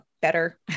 better